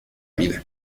vida